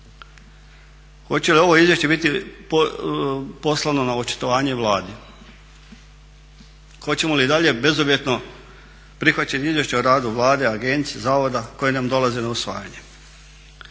Hoće li ovo izvješće biti poslano na očitovanje Vladi? Hoćemo li i dalje bezuvjetno prihvaćati izvješća o radu Vlade, agencija, zavoda koja nam dolaze na usvajanje?